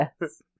Yes